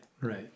Right